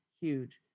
huge